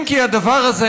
אם כי הדבר הזה,